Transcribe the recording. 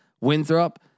Winthrop